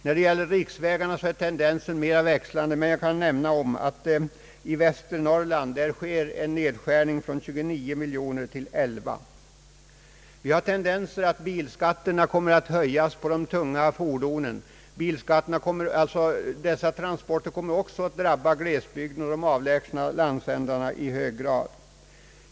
När det gäller riksvägarna är tendensen mer växlande, men jag kan nämna att det i Västernorrland görs en nedskärning av anslagsmedlen från 29 miljoner till 11 miljoner kronor. Det finns tendenser till att höja bilskatterna när det gäller de tunga fordonen. De transporter som utförs på dessa fordon kommer att kosta mer, vilket också drabbar glesbygderna i hög grad i de avlägsna landsändarna.